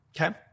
okay